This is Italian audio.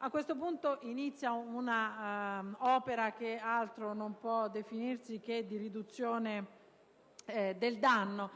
A questo punto inizia un'opera che altro non può definirsi che di riduzione del danno.